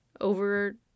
over